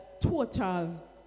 total